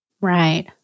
Right